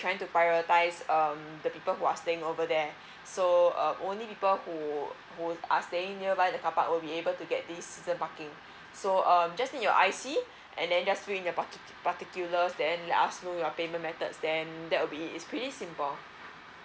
trying to prioritize um the people who are staying over there so uh only people who both are staying nearby the car park will be able to get this season parking so um just need your I_C and then just fill in the particulars then let us know your payment methods and that will be it is pretty simple